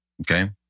Okay